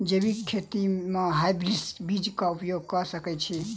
जैविक खेती म हायब्रिडस बीज कऽ उपयोग कऽ सकैय छी?